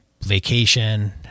vacation